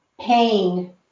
pain